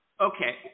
okay